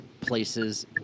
places